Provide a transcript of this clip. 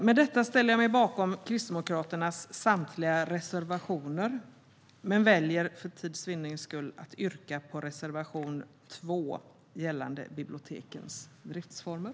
Med detta ställer jag mig bakom Kristdemokraternas samtliga reservationer, men för tids vinnande väljer jag att yrka bifall till reservation 2 gällande bibliotekens driftsformer.